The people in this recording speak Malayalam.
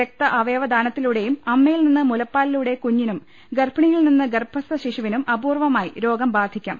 രക്ത അവയവദാനത്തിലൂടെയും അമ്മയിൽ നിന്ന് മുലപ്പാ ലിലൂടെ കുഞ്ഞിനും ഗർഭിണിയിൽ നിന്ന് ഗർഭസ്ഥ ശിശുവിനും അപൂർവമായി രോഗം ബാധിക്കാം